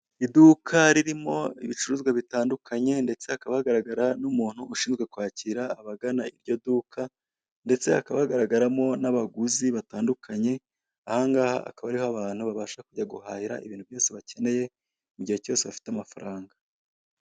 Iduka ririmo ibicuruzwa bitandunkanye ndetse hakaba hagaragara n'umuntu ushinzwe kwakira abagana iryo duka ndetse hakaba hagaragaramo n'abaguzi batandukanye, aha ngaha akaba ariho abantu babasha guhahira ibintu byose bakeneye igihe cyose bafite amafaranga.